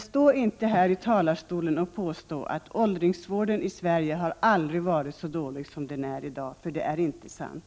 Stå inte här i talarstolen och påstå att åldringsvården i Sverige aldrig har varit så dålig som den är i dag, för det är inte sant!